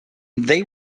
they